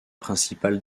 principales